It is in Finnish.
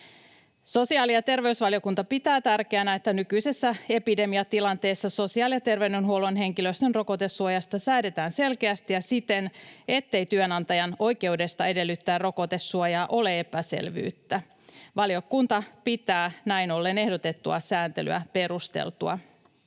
Sosiaali‑ ja terveysvaliokunta pitää tärkeänä, että nykyisessä epidemiatilanteessa sosiaali‑ ja terveydenhuollon henkilöstön rokotesuojasta säädetään selkeästi ja siten, ettei työnantajan oikeudesta edellyttää rokotesuojaa ole epäselvyyttä. Valiokunta pitää näin ollen ehdotettua sääntelyä perusteltuna.